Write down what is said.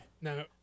No